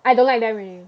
I don't like them already